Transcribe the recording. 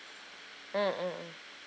mm mm mm